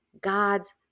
God's